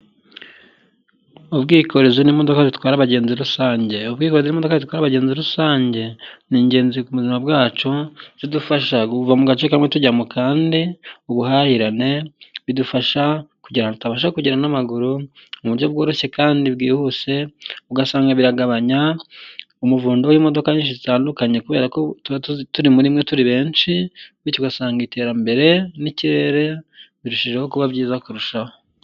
Ubwikorezi n'imodoka zitwara abagenzi rusange. Ubwikorezi n'imodoka zitwara abagenzi rusange, ni ingenzi ku buzima bwacu zidufasha kuva mu gace kamwe tujya mu kandi, ubuhahirane, bidufasha kugera ahantu tutabasha kugera n'amaguru mu buryo bworoshye kandi bwihuse, ugasanga biragabanya umuvundo w'imodoka nyinshi zitandukanye kubera koba turi muri mwe turi benshi bityogasanga iterambere n'ikirere birushijeho kuba byiza kurushaho.